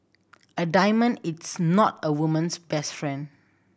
a diamond it's not a woman's best friend